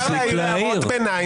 מותר להעיר הערות ביניים.